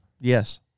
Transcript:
Yes